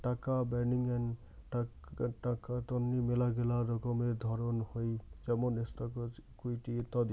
টাকা বাডেঙ্নি টাকা তন্নি মেলাগিলা রকমের ধরণ হই যেমন স্টকস, ইকুইটি ইত্যাদি